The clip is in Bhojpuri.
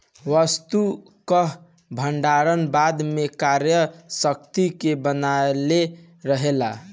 वस्तु कअ भण्डारण बाद में क्रय शक्ति के बनवले रहेला